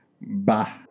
Bye